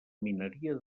mineria